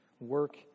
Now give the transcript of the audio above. Work